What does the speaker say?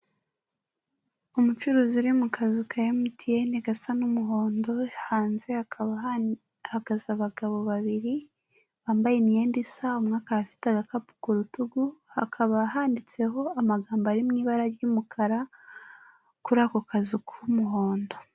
Umucuruzi uri mu kazu ka MTN gasa n'umuhondo, hanze hakaba hahagaze abagabo babiri bambaye imyenda isa, umwe akaba afite agakapu ku rutugu, hakaba handitseho amagambo ari mu ibara ry'umukara kuri ako kazu k'umuhondo.